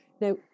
now